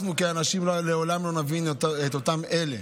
אנחנו כאנשים לעולם לא נבין את אותם אלה